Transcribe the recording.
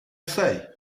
say